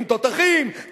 עם תותחים,